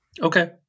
Okay